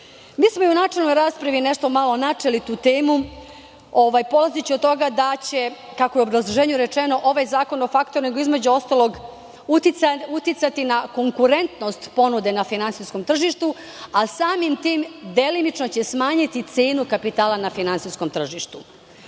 nisu mogli.I u načelnoj raspravi smo nešto malo načeli tu temu, polazeći od toga da će, kako je i u obrazloženju rečeno, ovaj zakon o faktoringu, između ostalog, uticati na konkurentnost ponude na finansijskom tržištu, a samim tim će delimično smanjiti cenu kapitala na finansijskom tržištu.Međutim,